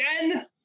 again